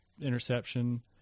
interception